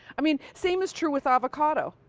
i mean same is true with avocado.